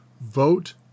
Vote